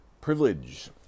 privilege